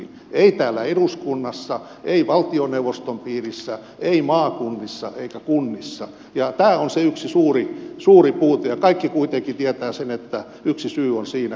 ei täällä eduskunnassa ei valtioneuvoston piirissä ei maakunnissa eikä kunnissa ja tämä on se yksi suuri puute ja kaikki kuitenkin tietävät sen että yksi syy on siinä kun vienti ei vedä